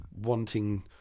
wanting